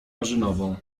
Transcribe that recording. jarzynową